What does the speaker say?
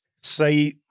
say